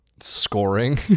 scoring